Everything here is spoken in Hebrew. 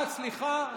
אה, סליחה.